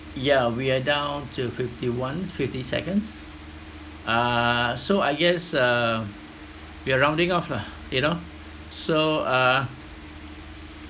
yeah we are down to fifty one fifty seconds uh so I guess uh we are rounding off ah you know so uh